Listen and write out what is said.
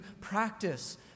practice